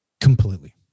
Completely